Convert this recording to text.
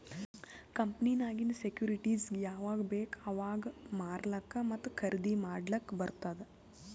ಕಂಪನಿನಾಗಿಂದ್ ಸೆಕ್ಯೂರಿಟಿಸ್ಗ ಯಾವಾಗ್ ಬೇಕ್ ಅವಾಗ್ ಮಾರ್ಲಾಕ ಮತ್ತ ಖರ್ದಿ ಮಾಡ್ಲಕ್ ಬಾರ್ತುದ್